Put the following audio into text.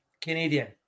Canadian